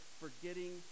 forgetting